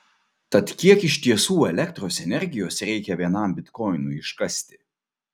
tad kiek iš tiesų elektros energijos reikia vienam bitkoinui iškasti